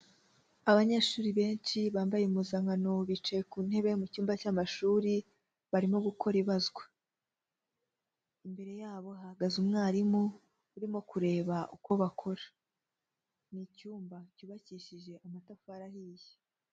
Abanyeshuri benshi bambaye impuzankano bicaye ku ntebe mu cyumba cy'amashuri barimo gukora ibazwa, imbere yabo hahagaze umwarimu urimo kureba uko bakora, ni icyumba cyubakishije amatafari ahiye.